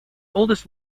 oldest